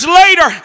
later